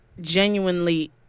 genuinely